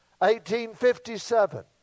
1857